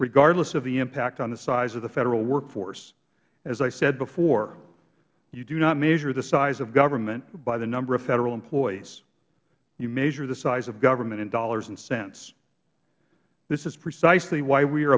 regardless of the impact on the size of the federal workforce as i said before you do not measure the size of government by the number of federal employees you measure the size of government in dollars and cents this is precisely why we are